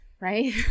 right